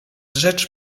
rzecz